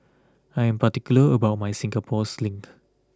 I am particular about my Singapore Sling